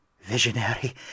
visionary